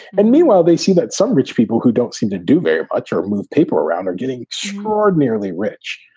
and meanwhile, they see that some rich people who don't seem to do very much or move people around are getting extraordinarily rich.